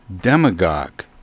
Demagogue